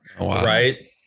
Right